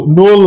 no